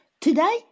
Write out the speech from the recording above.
Today